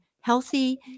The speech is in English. healthy